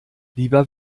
lieber